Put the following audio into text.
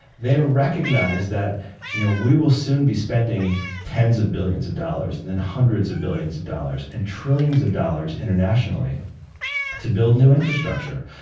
they recognize that you know we will soon be spending tens of billions of dollars, and then hundreds of billions of dollars, and trillions of dollars internationally to build new infrastructure.